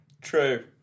True